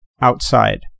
outside